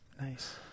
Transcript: Nice